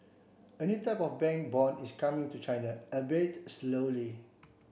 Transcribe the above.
a new type of bank bond is coming to China albeit slowly